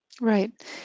Right